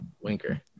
Winker